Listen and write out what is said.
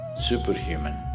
superhuman